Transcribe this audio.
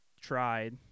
tried